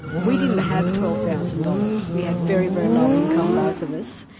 we didn't have twelve thousand dollars. we had very, very low incomes, both of us.